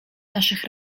naszych